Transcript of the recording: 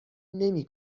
نمی